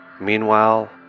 Meanwhile